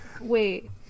Wait